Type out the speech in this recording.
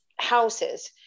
houses